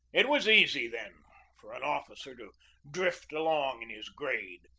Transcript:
it was easy then for an officer to drift along in his grade,